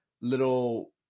little